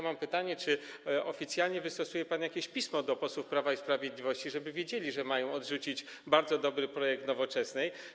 Mam pytanie: Czy oficjalnie wystosuje pan jakieś pismo do posłów Prawa i Sprawiedliwości, aby wiedzieli, że mają odrzucić bardzo dobry projekt Nowoczesnej?